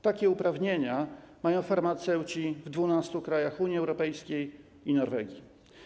Takie uprawnienia mają farmaceuci w 12 krajach Unii Europejskiej i Norwegii.